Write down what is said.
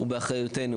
הוא באחריותנו,